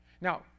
Now